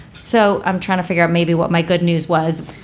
so i'm trying to figure out maybe what my good news was